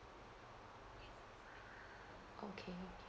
okay